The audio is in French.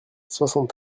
soixante